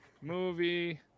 movie